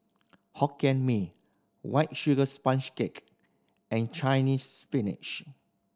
Hokkien Mee White Sugar Sponge Cake and Chinese Spinach